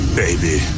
baby